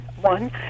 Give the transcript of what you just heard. one